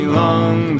long